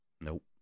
Nope